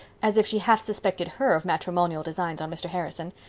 as if she half suspected her of matrimonial designs on mr. harrison.